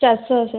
ଚାରି ଶହ ସାର୍